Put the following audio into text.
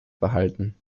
behalten